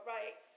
Right